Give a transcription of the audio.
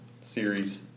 series